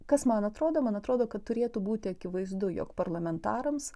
kas man atrodo man atrodo kad turėtų būti akivaizdu jog parlamentarams